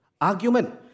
argument